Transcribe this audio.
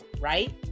right